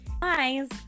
Guys